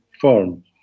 form